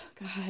god